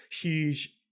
huge